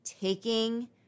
taking